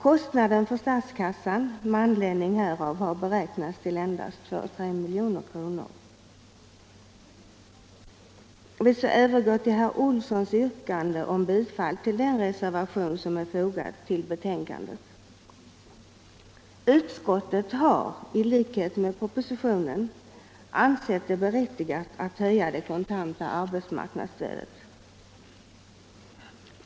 Kostnaden för statskassan med anledning härav har beräknats till endast 2-3 milj.kr. Så övergår jag till herr Olssons i Stockholm yrkande om bifall till den reservation som är fogad vid betänkandet. Utskottet har i likhet med vad som förordas i propositionen ansett det berättigat att höja det kontanta arbetsmarknadsstödet.